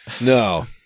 No